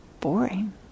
boring